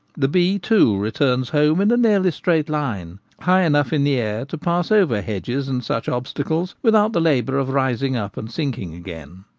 the bee, too, returns home in a nearly straight line, high enough in the air to pass over hedges and such obstacles without the labour of rising up and sinking again.